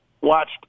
watched